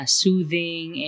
soothing